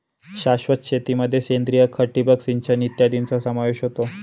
शाश्वत शेतीमध्ये सेंद्रिय खत, ठिबक सिंचन इत्यादींचा समावेश होतो